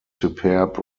superb